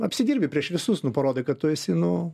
apsidirbi prieš visus nu parodai kad tu esi nu